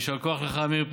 יישר כוח לך, עמיר פרץ,